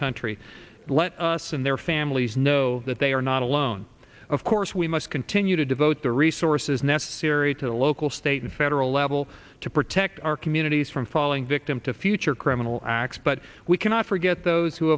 country let us and their families know that they are not alone of course we must continue to devote the resources necessary to the local state and federal level to protect our communities from falling victim to future criminal acts but we cannot forget those who